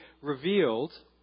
revealed